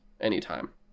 anytime